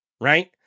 right